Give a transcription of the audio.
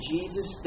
Jesus